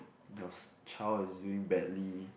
yours child is doing badly